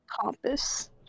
compass